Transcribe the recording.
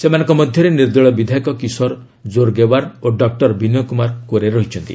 ସେମାନଙ୍କ ମଧ୍ୟରେ ନିର୍ଦ୍ଦଳୀୟ ବିଧାୟକ କିଶୋର ଜୋର୍ଗେଓ୍ୱାର୍ ଓ ଡକ୍ଟର ବିନୟ କୁମାର କୋରେ ରହିଛନ୍ତି